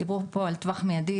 דיברו פה על טווח מידי,